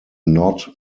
not